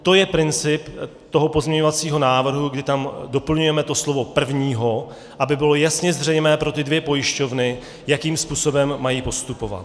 To je princip toho pozměňovacího návrhu, kdy tam doplňujeme to slovo prvního, aby bylo jasně zřejmé pro ty dvě pojišťovny, jakým způsobem mají postupovat.